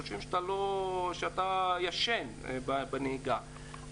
חושבים שאתה ישן בנהיגה.